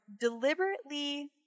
deliberately